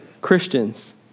Christians